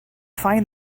find